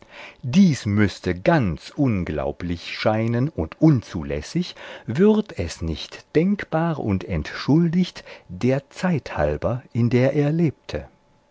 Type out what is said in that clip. dies müßte ganz unglaublich scheinen und unzulässig würd es nicht denkbar und entschuldigt der zeit halber in der er lebte